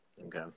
Okay